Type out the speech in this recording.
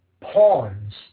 pawns